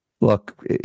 Look